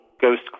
ghost